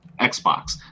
Xbox